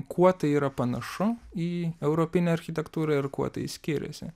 kuo tai yra panašu į europinę architektūrą ir kuo tai skiriasi